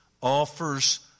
offers